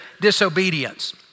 disobedience